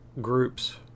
groups